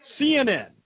CNN